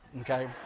okay